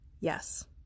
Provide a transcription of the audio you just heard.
Yes